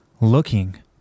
looking